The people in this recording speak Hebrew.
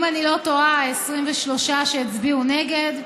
אם אני לא טועה, ו-23 שהצביעו נגד,